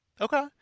okay